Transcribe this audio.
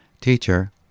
Teacher